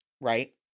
Right